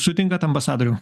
sutinkat ambasadoriau